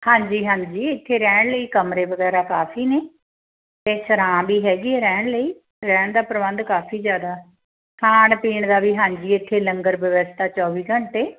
ਹਾਂਜੀ ਹਾਂਜੀ ਇੱਥੇ ਰਹਿਣ ਲਈ ਕਮਰੇ ਵਗੈਰਾ ਕਾਫ਼ੀ ਨੇ ਅਤੇ ਸਰਾਂ ਵੀ ਹੈਗੀ ਰਹਿਣ ਲਈ ਰਹਿਣ ਦਾ ਪ੍ਰਬੰਧ ਕਾਫ਼ੀ ਜ਼ਿਆਦਾ ਖਾਣ ਪੀਣ ਦਾ ਵੀ ਹਾਂਜੀ ਇੱਥੇ ਲੰਗਰ ਵਿਵਸਥਾ ਚੌਵੀ ਘੰਟੇ